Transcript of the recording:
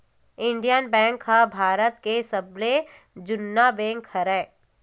Indian bank ह भारत के सबले जुन्ना बेंक हरय